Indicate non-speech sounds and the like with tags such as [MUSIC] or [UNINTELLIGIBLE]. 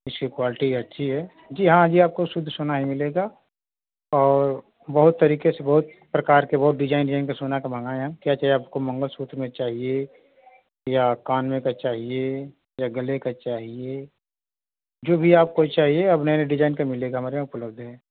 इसकी क्वालिटी अच्छी है जी हाँ जी आपको शुद्ध सोना ही मिलेगा और बहुत तरीके से बहुत प्रकार के बहुत डिजाइन इजाइन के सोना को मंगाया है क्या चाहिए आपको मंगलसूत्र में चाहिए या कान में का चाहिए या गले का चाहिए जो भी आपको चाहिए अब नए डिजाइन का मिलेगा हमारे यहाँ पर [UNINTELLIGIBLE]